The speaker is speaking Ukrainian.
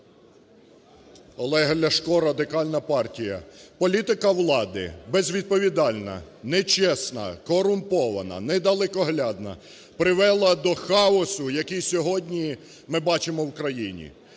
Олег Ляшко, Радикальна партія. Політика влади, безвідповідальна, нечесна, корумпована, недалекоглядна привела до хаосу, який сьогодні ми бачимо в країні.